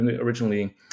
originally